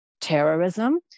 Terrorism